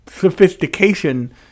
Sophistication